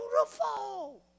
beautiful